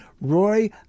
Roy